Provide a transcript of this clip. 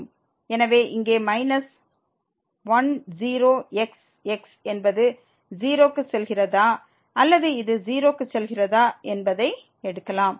எனவே இங்கே minus 10 x x என்பது 0 க்கு செல்கிறதா அல்லது இது 0 க்கு செல்கிறதா என்பதை எடுக்கலாம்